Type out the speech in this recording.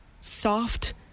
soft